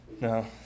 No